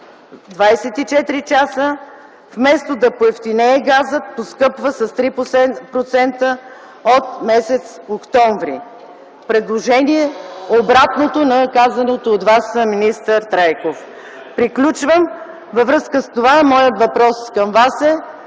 „24 часа”: „Вместо да поевтинее газът поскъпва с 3% от м. октомври” – предложение, обратното на казаното от Вас, министър Трайков. Приключвам. Във връзка с това моят въпрос към Вас е: